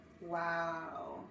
Wow